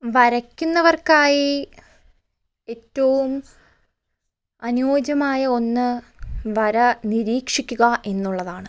വരയ്ക്കുന്നവർക്കായി ഏറ്റവും അനുയോജ്യമായ ഒന്ന് വര നിരീക്ഷിക്കുക എന്നുള്ളതാണ്